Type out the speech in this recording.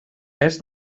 pes